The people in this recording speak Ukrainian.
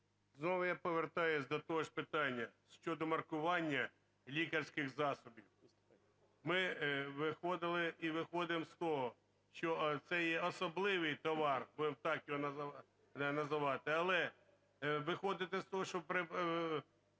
Знову я повертаюсь до того ж питання: щодо маркування лікарських засобів. Ми виходили і виходимо з того, що це є особливий товар, будемо так його називати, але виходити з того, що надавати